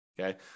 Okay